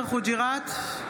אינו נוכח יאסר חוג'יראת,